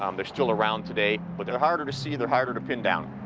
um they're still around today, but they're harder to see. they're harder to pin down.